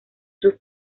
sus